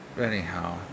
Anyhow